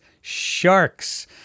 sharks